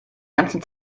ganzen